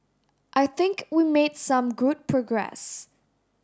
I think we made some good progress